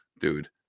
Dude